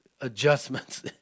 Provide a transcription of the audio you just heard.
adjustments